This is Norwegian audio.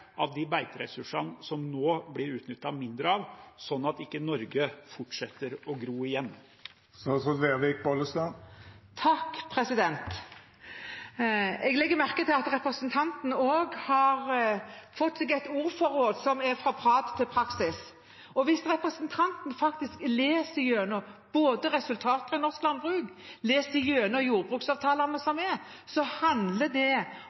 av de beiteressursene som nå utnyttes mindre, så Norge ikke fortsetter å gro igjen? Jeg legger merke til at representanten også har fått seg et ordforråd som er fra prat til praksis, og hvis representanten leser både resultatene fra norsk landbruk og jordbruksavtalene, handler det